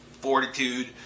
fortitude